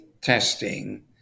testing